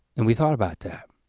and we thought about that.